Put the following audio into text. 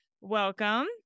Welcome